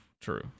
True